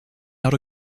out